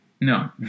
No